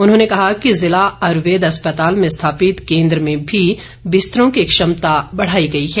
उन्होंने कहा कि जिला आयुर्वेद अस्पताल में स्थापित केन्द्र में भी बिस्तरों की क्षमता बढ़ाई गई है